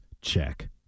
check